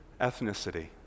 ethnicity